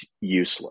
useless